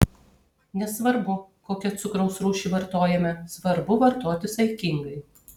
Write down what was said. nesvarbu kokią cukraus rūšį vartojame svarbu vartoti saikingai